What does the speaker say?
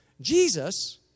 Jesus